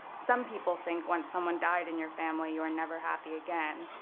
some people think, once someone died in your family, you are never happy again.